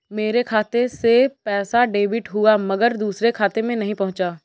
मेरे खाते से पैसा डेबिट हुआ मगर दूसरे खाते में नहीं पंहुचा